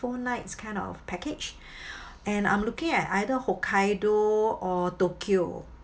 four nights kind of package and I'm looking at either hokkaido or tokyo